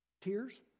Tears